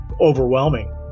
overwhelming